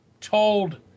told